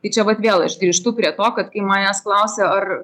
ir čia vat vėl aš grįžtu prie to kad kai manęs klausia ar